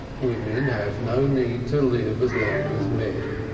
women have no need to live as long as men,